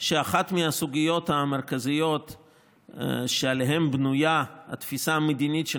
שאחת מהסוגיות המרכזיות שעליהן בנויה התפיסה המדינית של